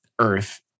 earth